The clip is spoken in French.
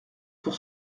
pour